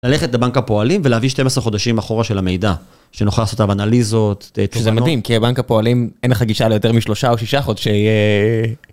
ללכת לבנק הפועלים ולהביא 12 חודשים אחורה של המידע שנוכל לעשות עליו אנליזות... שזה מדהים כי בבנק הפועלים אין לך גישה ליותר משלושה או שישה חודשי